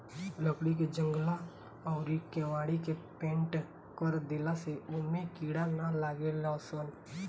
लकड़ी के जंगला अउरी केवाड़ी के पेंनट कर देला से ओमे कीड़ा ना लागेलसन